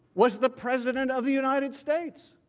was the president of the united states!